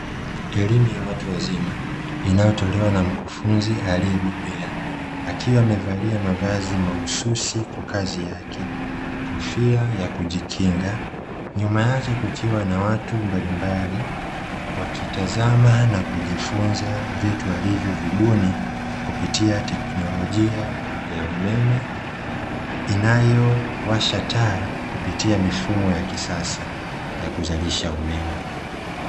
Elimu ya watu wazima inayotolewa na mkufunzi aliye bobea akiwa amevalia mavazi mahususi kwa kazi yake kofia ya kujikinga nyuma yake kukiwa na watu mbalimbali wakitazama na kujifunza vitu walivyo vibuni kupitia teknolojia ya umeme inayowasha taa kupitia mifumo ya kisasa ya kuzalisha umeme.